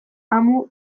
amu